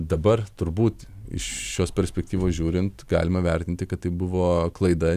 dabar turbūt iš šios perspektyvos žiūrint galima vertinti kad tai buvo klaida